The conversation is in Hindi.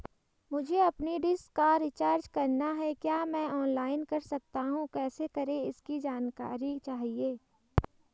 मुझे अपनी डिश का रिचार्ज करना है क्या मैं ऑनलाइन कर सकता हूँ कैसे करें इसकी जानकारी चाहिए?